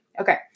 Okay